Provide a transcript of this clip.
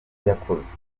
yakoze